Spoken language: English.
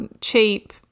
cheap